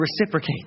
reciprocate